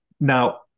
Now